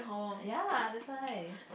ya lah that's why